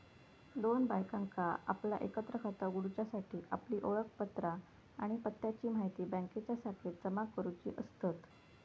दोन बायकांका आपला एकत्र खाता उघडूच्यासाठी आपली ओळखपत्रा आणि पत्त्याची म्हायती बँकेच्या शाखेत जमा करुची असतत